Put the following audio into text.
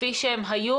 כפי שהם היו,